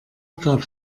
gab